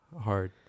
hard